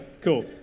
cool